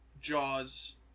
jaws